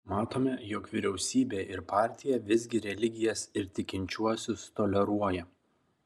matome jog vyriausybė ir partija visgi religijas ir tikinčiuosius toleruoja